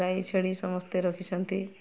ଗାଈ ଛେଳି ସମସ୍ତେ ରଖିଛନ୍ତି